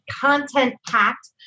content-packed